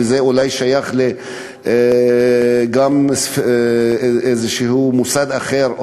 וזה אולי שייך גם לאיזה מוסד אחר,